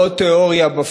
לא תיאוריה.